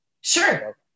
Sure